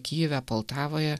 kijeve poltavoje